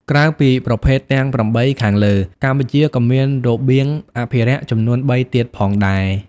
ក្រៅពីប្រភេទទាំង ៨ ខាងលើ កម្ពុជាក៏មានរបៀងអភិរក្សចំនួន ៣ ទៀតផងដែរ។